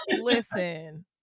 Listen